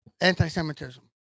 anti-Semitism